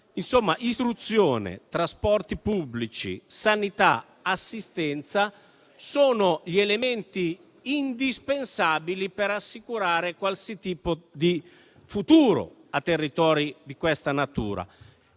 Insomma, istruzione, trasporti pubblici, sanità e assistenza sono gli elementi indispensabili per assicurare qualsiasi tipo di futuro a territori di questa natura.